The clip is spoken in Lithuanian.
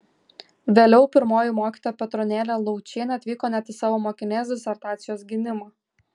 vėliau pirmoji mokytoja petronėlė laučienė atvyko net į savo mokinės disertacijos gynimą